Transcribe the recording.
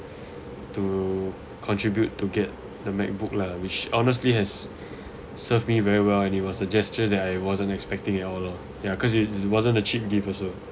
to contribute to get the macbook lah which honestly has served me very well and it was a gesture that I wasn't expecting at all lor ya cause it wasn't a cheap gift also